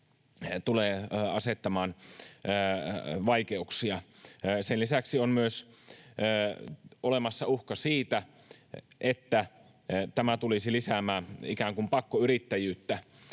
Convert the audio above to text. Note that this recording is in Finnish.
tulee asettamaan vaikeuksia. Sen lisäksi on myös olemassa uhka siitä, että tämä tulisi lisäämään ikään kuin pakkoyrittäjyyttä,